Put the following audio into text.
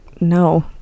no